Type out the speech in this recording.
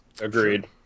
Agreed